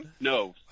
No